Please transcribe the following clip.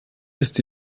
ist